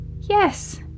Yes